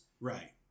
Right